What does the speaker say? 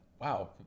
wow